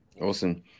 awesome